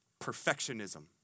perfectionism